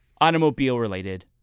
Automobile-related